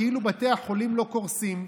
כאילו בתי החולים לא קורסים,